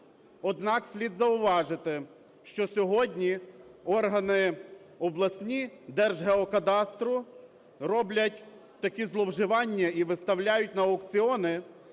Однак слід зауважити, що сьогодні органи обласні Держгеокадастру роблять такі зловживання і виставляють на аукціони